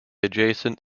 adjacent